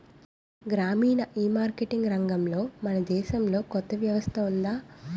గ్రామీణ ఈమార్కెటింగ్ రంగంలో మన దేశంలో కొత్త వ్యవస్థ ఉందా?